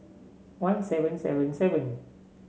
one seven seven seven